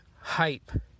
hype